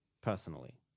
personally